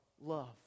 love